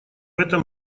этом